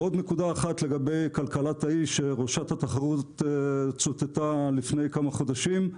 ועוד נקודה אחת לגבי כלכלת --- שראשת התחרות צוטטה לפני כמה חודשים,